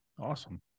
Awesome